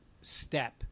step